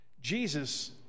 Jesus